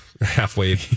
Halfway